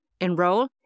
enroll